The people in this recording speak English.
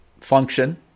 function